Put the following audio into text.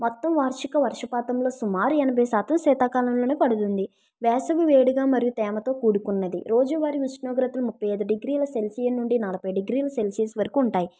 మొత్తం వార్షిక వర్షపాతంలో సుమారు ఎనభై శాతం శీతాకాలంలోనే పడుతుంది వేసవి వేడిగా మరియు తేమతో కూడుకున్నది రోజువారీ ఉష్ణోగ్రత ముప్పై ఇదు డిగ్రీ ల సెల్సియస్ నుండి నలభై డిగ్రీ ల సెల్సియస్ వరకు ఉంటాయి